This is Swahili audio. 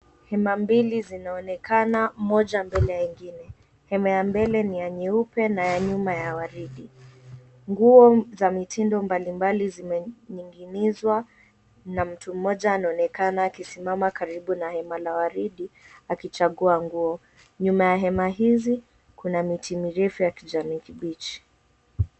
Hema mbili zinaonekana moja mbele ya ingine. Hema mbele ni ya nyeupe na ya nyuma ya waridi. Nguo za mitindo mbalimbali zimening'inizwa na mtu mmoja anaonekana akisimama karibu na hema la waridi akichagua nguo. Nyuma ya hema hizi kuna miti mirefu ya kijani kibichi.